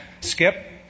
Skip